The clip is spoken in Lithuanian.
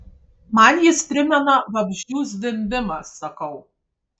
man jis primena vabzdžių zvimbimą sakau